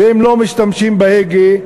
ואם לא משתמשים בהגה,